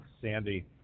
Sandy